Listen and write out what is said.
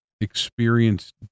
experience